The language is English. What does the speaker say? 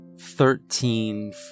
Thirteen